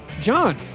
John